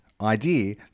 idea